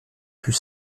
plus